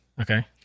Okay